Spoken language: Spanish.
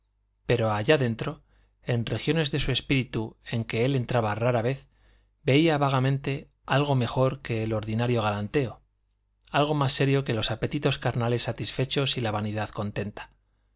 pero allá adentro en regiones de su espíritu en que él entraba rara vez veía vagamente algo mejor que el ordinario galanteo algo más serio que los apetitos carnales satisfechos y la vanidad contenta